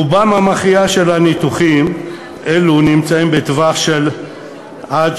רובם המכריע של הניתוחים האלו נמצאים בטווח של עד